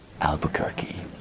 Albuquerque